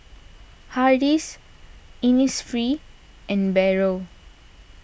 Hardy's Innisfree and Barrel